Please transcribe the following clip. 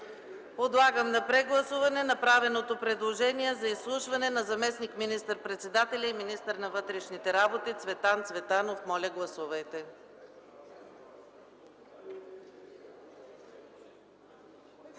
Подлагам на прегласуване предложението за изслушване на заместник министър- председателя и министър на вътрешните работи Цветан Цветанов. Гласували